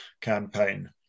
campaign